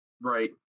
right